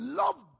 love